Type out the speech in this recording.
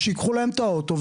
שתיקח להם את האוטו,